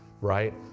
right